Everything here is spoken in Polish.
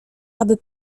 aby